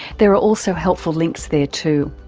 there are also helpful links there too.